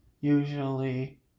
usually